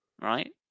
right